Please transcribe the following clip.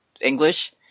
English